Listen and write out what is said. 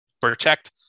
protect